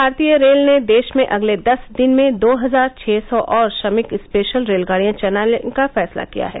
भारतीय रेल ने देश में अगले दस दिन में दो हजार छः सौ और श्रमिक स्पेशल रेलगाडियां चलाने का फैसला किया है